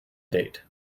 date